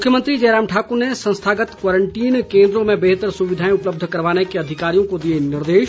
मुख्यमंत्री जयराम ठाक्र ने संस्थागत क्वारंटीन केन्द्रों में बेहतर सुविधाएं उपलब्ध करवाने के अधिकारियों को दिए निर्देश